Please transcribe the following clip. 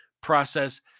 process